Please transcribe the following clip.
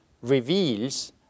reveals